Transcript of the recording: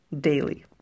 daily